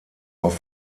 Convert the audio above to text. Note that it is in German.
auf